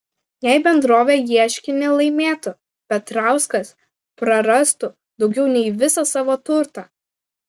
jei bendrovė ieškinį laimėtų petrauskas prarastų daugiau nei visą savo turtą